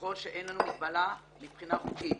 ככל שאין לנו מגבלה מבחינה חוקית.